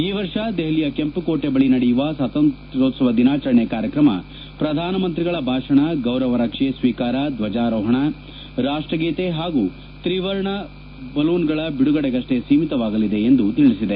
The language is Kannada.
ಈ ವರ್ಷ ದೆಹಲಿಯ ಕೆಂಪುಕೋಟೆ ಬಳಿ ನಡೆಯುವ ಸ್ನಾತಂತ್ರ್ಯೋತ್ಸವ ದಿನಾಚರಣೆ ಕಾರ್ಯಕ್ರಮ ಪ್ರಧಾನಮಂತ್ರಿಗಳ ಭಾಷಣ ಗೌರವ ರಕ್ಷೆ ಸ್ವೀಕಾರ ಧ್ವಜಾರೋಹಣ ರಾಷ್ಲಗೀತೆ ಹಾಗೂ ತ್ರಿವರ್ಣ ಬಲೂನ್ಗಳ ಬಿಡುಗಡೆಗಷ್ಲೇ ಸೀಮಿತವಾಗಲಿದೆ ಎಂದು ತಿಳಿಸಿದೆ